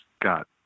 got